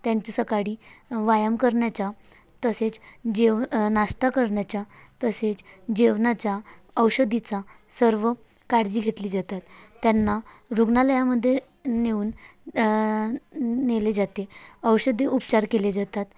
त्यांचं सकाळी व्यायाम करण्याच्या तसेच जेव नाश्ता करण्याच्या तसेच जेवणाच्या औषधीचा सर्व काळजी घेतली जातात त्यांना रुग्णालयामध्ये नेऊन नेले जाते औषधे उपचार केले जातात